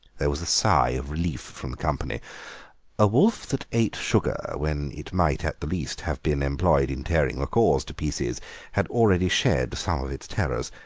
there was a sigh of relief from the company a wolf that ate sugar when it might at the least have been employed in tearing macaws to pieces had already shed some of its terrors.